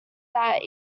that